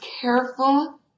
careful